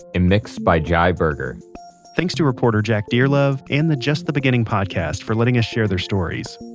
and mixed by jai berger thanks to reporter jack dearlove and the just the beginning podcast for letting us share their stories.